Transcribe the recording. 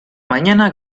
mañana